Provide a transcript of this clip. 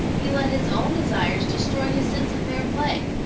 he let his own desires destroy his sense of fair play.